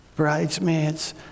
bridesmaids